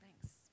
Thanks